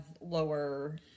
lower